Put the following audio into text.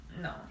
No